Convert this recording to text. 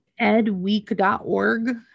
edweek.org